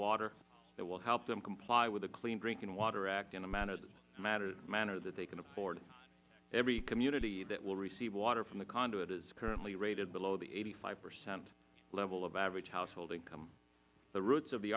water that will help them comply with the clean drinking water act in a manner that they can afford every community that will receive water from the conduit is currently rated below the eighty five percent level of average household income the roots of the